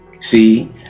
see